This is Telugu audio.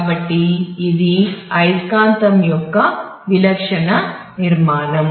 కాబట్టి ఇది అయస్కాంతం యొక్క విలక్షణ నిర్మాణం